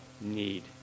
need